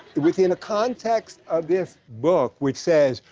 within a context of this book, which says,